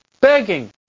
begging